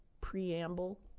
preamble